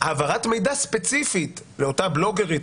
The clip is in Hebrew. העברת מידע ספציפית לאותה בלוגרית